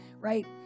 right